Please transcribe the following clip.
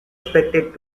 expected